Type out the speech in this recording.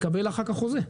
מקבל אחר-כך חוזה.